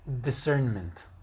discernment